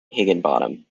higginbotham